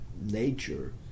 nature